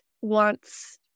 wants